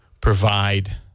provide